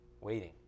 waiting